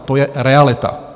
To je realita.